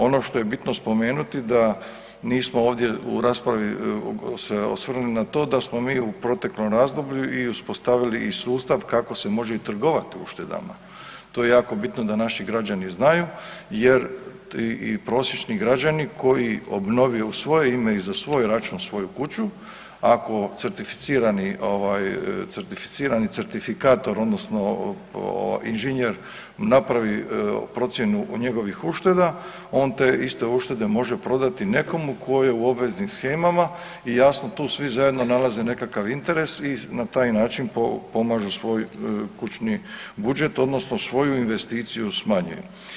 Ono što je bitno spomenuti da nismo ovdje u raspravi se osvrnuli na to da smo mi u proteklom razdoblju i uspostavili sustav kako se može i trgovati uštedama, to je jako bitno da naši građani znaju jer prosječni građani koji obnovi u svoje ime i za svoj račun svoju kuću ako certificirani certifikator odnosno inženjer napravi procjenu njegovih ušteda, on te iste uštede može prodati nekomu koji je u obveznim shemama i jasno tu svi zajedno nalaze nekakav interes i na taj način pomažu svoj kućni budžet odnosno svoju investiciju smanjuje.